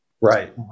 Right